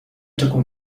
تكن